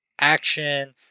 action